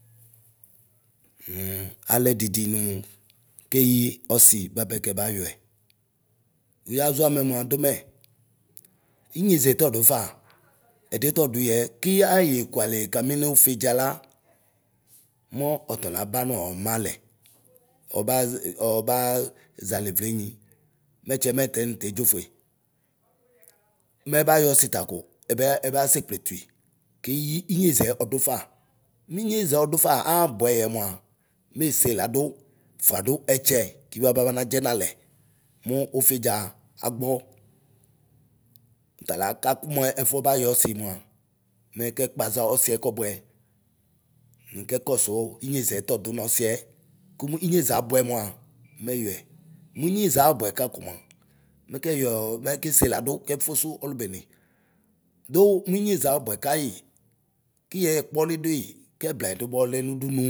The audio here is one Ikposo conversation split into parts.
alɛ didi nu keyi ɔsi bapɛ kɛba yɔɛ, duyaʒɔame mua dumɛ; inyeʒɛ tɔdufa, ɛdiɛ tɔduyɛ, ki aye kualɛ kami nufidʒa la. mu ɔtalaba nu ɔmale. Ɔbaʒ ɔbaaʒɛalɛ ʋlenyi; mɛtsɛ mɛ tɛ nte dʒofue. Mɛbanyɔsi tako ɛbɛ ɛbasɛ kpletui. keyi inyeʒɛ ɔdufa. Ninyeʒɛ ɔdufa aabuɛyɛ mua mese ladu fuadu ɛtsɛ kiba babanadzɛ nalɛ mu ufiadza agbɔ. talaka ku mu ɛfɔ ba yɔsi mua, mɛ kɛ kpaza ɔsiɛ kɔbʋɛ nkɛ kɔsu inyeʒɛ tɔdu nɔsiɛ, kumu inyeʒɛ abʋɛ mua mɛyɔɛ. Muinyeʒa abʋɛ kakomua. mɛ kɛyɔɔ mɛ kese Ladu kɛfusu ɔlubene. Du muinyeʒa abʋɛ kayi, kiyɛ ɛkpɔlʋdui. kɛblayidu bɔɔlɛ nudunu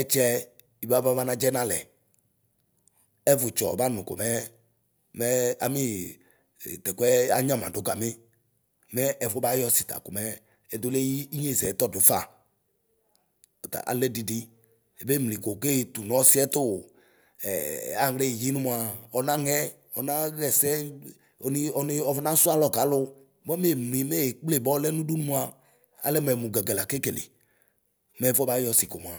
ɛtsɛ ibabana dɛɛ nalɛ. Ɛvɔtsɔ ɔbanʋ komɛɛ mɛ aniɔ tɛkuɛ anyamadu kami. Mɛ ɛfo bayɔsi ta komɛɛ ɛduleyi inyeʒɛ tɔdufa ɔtala alɛ didi. Ebemiko keetu nɔsiɛ tu ee aɣlɛ eyi numna ɔna ŋɛ ɔna ɣɛsɛ ɔne one ɔfɔna sualɔ kalu bua meemli mee kple balɛ nuduma, malɛ mɛmugɣgɣ la kekele. Meƒɔ bayɔsi komua,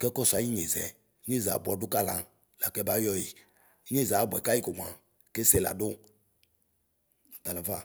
kɛkɔsʋ ayinyeʒɛ. Inyeʒɣabʋɛ duka la nekabayɔyi. Inyeʒa abʋɛ kayi komua keseladu talaƒa.